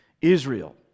israel